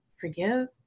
forgive